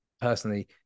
personally